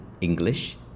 English